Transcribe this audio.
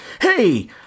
hey